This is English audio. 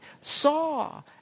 saw